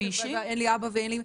ואין לי אבא ואין לי אמא.